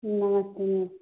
नमस्ते नमस्ते